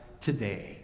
today